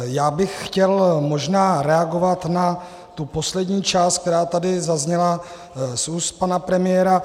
Já bych chtěl možná reagovat na tu poslední část, která tady zazněla z úst pana premiéra.